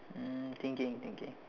um thinking thinking